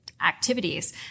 activities